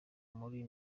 muri